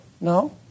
No